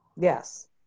Yes